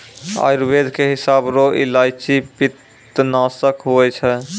आयुर्वेद के हिसाब रो इलायची पित्तनासक हुवै छै